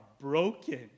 broken